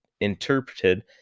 interpreted